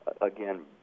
again